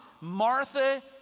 Martha